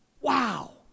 wow